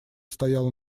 стояла